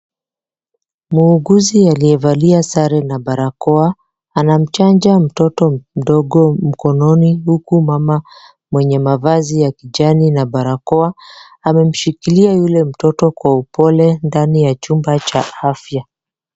Muuguzi aliyevalia sare na barakoa, anamchanja mtoto mdogo mkononi huku mama mwenye mavazi ya kijani na barakoa amemshikilia yule mtoto kwa upole ndani ya chumba cha afya.